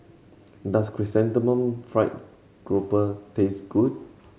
does Chrysanthemum Fried Grouper taste good